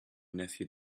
nephew